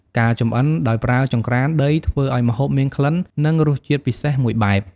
ការចម្អិនដោយប្រើចង្រ្កានដីធ្វើឱ្យម្ហូបមានក្លិន និងរសជាតិពិសេសមួយបែប។